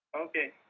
Okay